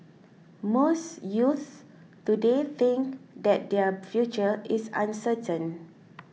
most youths today think that their future is uncertain